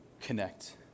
connect